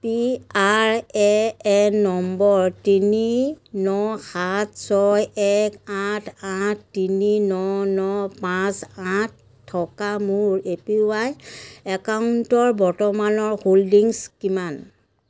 P R A N নম্বৰ তিনি ন সাত ছয় এক আঠ আঠ তিনি ন ন পাঁচ আঠ থকা মোৰ এ পি ৱাই একাউণ্টৰ বৰ্তমানৰ হোল্ডিংছ কিমান